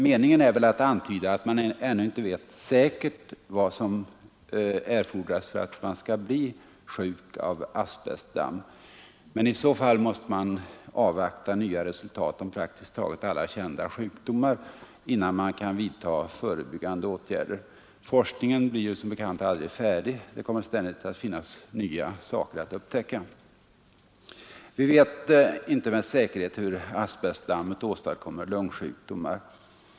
Meningen är väl att antyda att man ännu inte vet säkert vad som erfordras för att en person skall bli sjuk av asbestdamm, men i så fall måste man avvakta nya resultat om praktiskt taget alla kända sjukdomar, innan man vidtar förebyggande åtgärder. Forskningen blir som bekant aldrig färdig. Det kommer ständigt att finnas nya saker att upptäcka. Vi vet inte med säkerhet hur asbestdammet åstadkommer lungsjukdomar.